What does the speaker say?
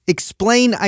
Explain